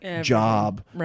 job